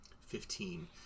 Fifteen